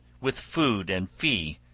with food and fee,